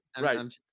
Right